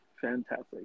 Fantastic